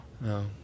No